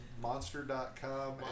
monster.com